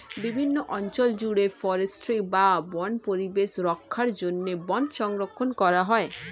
বিভিন্ন অঞ্চল জুড়ে ফরেস্ট্রি বা বন্য পরিবেশ রক্ষার জন্য বন সংরক্ষণ করা হয়